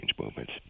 movements